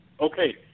Okay